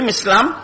Islam